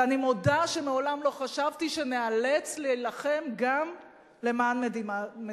ואני מודה שמעולם לא חשבתי שניאלץ להילחם גם למען מדינה דמוקרטית.